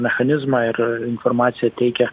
mechanizmą ir informaciją teikia